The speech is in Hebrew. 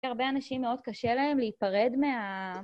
הרבה אנשים מאוד קשה להם להיפרד מה...